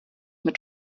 mit